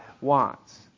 wants